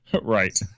Right